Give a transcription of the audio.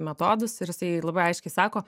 metodus ir jisai labai aiškiai sako